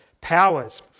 powers